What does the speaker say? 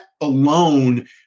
alone